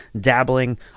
dabbling